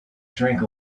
drink